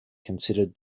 considered